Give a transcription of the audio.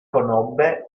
conobbe